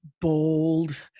bold